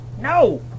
No